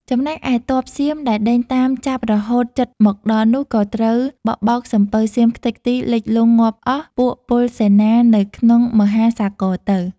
ចំណែកឯទ័ពសៀមដែលដេញតាមចាប់រហូតជិតមកដល់នោះក៏ត្រូវបក់បោកសំពៅសៀមខ្ទេចខ្ចីលិចលង់ងាប់អស់ពួកពលសេនានៅក្នុងមហាសាគរទៅ។